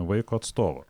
vaiko atstovo